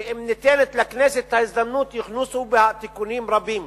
שאם ניתן לכנסת את ההזדמנות יוכנסו בה תיקונים רבים